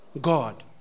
God